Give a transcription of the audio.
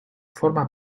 forma